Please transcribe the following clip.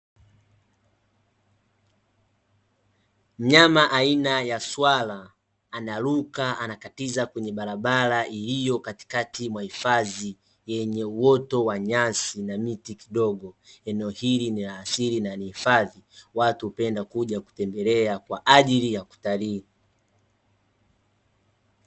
Mnyama aina ya swala anaruka anakatiza kwenye barabara iliyo katikati mwa hifazi yenye uoto wa nyasi na miti kidogo. Eneo hili ni la asili na ni hifadhi, watu hupenda kuja kutembelea kwa ajili ya utalii.